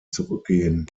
zurückgehen